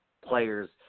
players